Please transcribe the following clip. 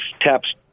taps